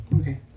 Okay